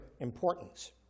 importance